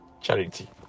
charity